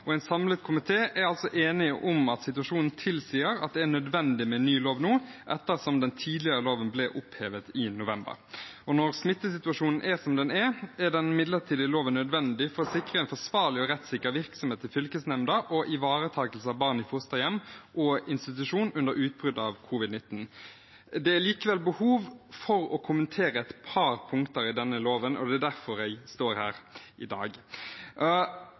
fram. En samlet komité er altså enige om at situasjonen tilsier at det er nødvendig med ny lov nå ettersom den tidligere loven ble opphevet i november. Når smittesituasjonen er som den er, er den midlertidige loven nødvendig for å sikre en forsvarlig og rettssikker virksomhet i fylkesnemnda og ivaretakelse av barn i fosterhjem og institusjon under utbruddet av covid-19. Det er likevel behov for å kommentere et par punkter i denne loven, og det er derfor jeg står her i dag.